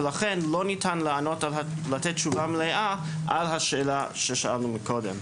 ולכן לא ניתן לתת תשובה מלאה על השאלה ששאלנו קודם.